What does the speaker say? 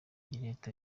leta